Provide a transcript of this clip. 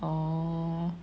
orh